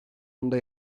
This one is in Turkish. onda